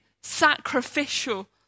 sacrificial